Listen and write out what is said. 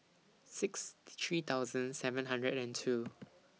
sixty three thousand seven hundred and two